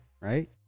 right